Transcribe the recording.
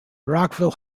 rockville